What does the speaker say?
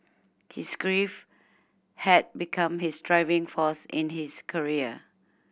his grief had become his driving force in his career